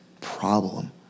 problem